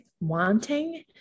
wanting